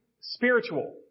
spiritual